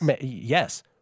Yes